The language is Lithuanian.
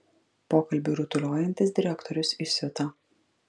pokalbiui rutuliojantis direktorius įsiuto